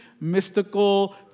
mystical